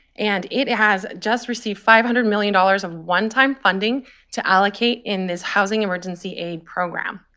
and it has just received five hundred million dollars of one time funding to allocate in this housing emergency aid program.